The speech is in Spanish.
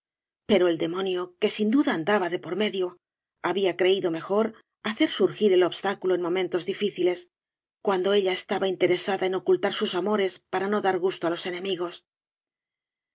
pero el demonio que sin duda andaba de por medio había creído mejor hacer surgir el obstáculo en momentos difíciles cuando ella estaba ingañas y barro tereaada en ocultar sus amores para no dar gusto á los enemigos